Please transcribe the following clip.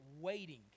waiting